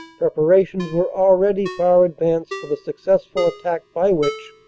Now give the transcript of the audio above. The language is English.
preparations were al ready far advanced for the successful attack by which,